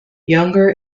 younger